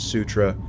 Sutra